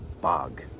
bog